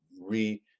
re